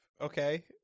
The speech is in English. okay